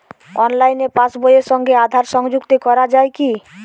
অনলাইনে পাশ বইয়ের সঙ্গে আধার সংযুক্তি করা যায় কি?